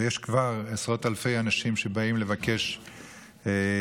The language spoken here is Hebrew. ויש כבר עשרות אלפי אנשים שבאים לבקש זכויות